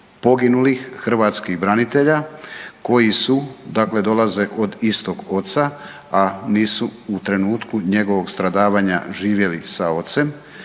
poginulih hrvatskih branitelja koji su, dakle dolaze od istog oca, a nisu u trenutku njegovog stradavanja živjeli sa ocem